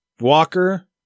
Walker